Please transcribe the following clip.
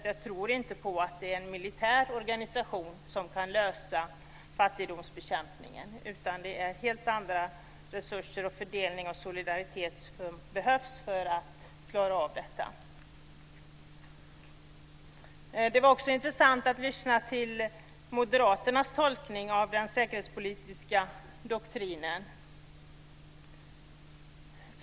Jag tror inte att en militär organisation kan klara fattigdomsbekämpningen, utan det är helt andra resurser och en annan fördelning och solidaritet som behövs för denna uppgift. Det var också intressant att lyssna på Moderaternas tolkning av den säkerhetspolitiska doktrinen.